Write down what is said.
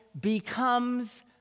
becomes